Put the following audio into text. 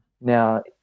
Now